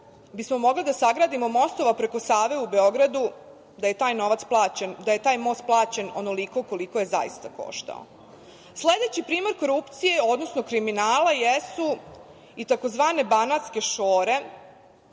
bismo mogli da sagradimo mostova preko Save u Beogradu da je taj most plaćen onoliko koliko je zaista koštao. Sledeći primer korupcije, odnosno kriminala jesu i tzv. banatske šore,